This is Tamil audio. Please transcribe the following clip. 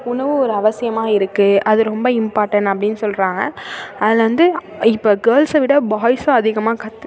உணவு ஒரு அவசியமாக இருக்குது அது ரொம்ப இம்பார்ட்டன் அப்படினு சொல்கிறாங்க அதில் வந்து இப்போ கேர்ள்ஸை விட பாய்ஸ் தான் அதிகமாக கத்து